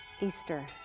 Easter